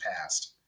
past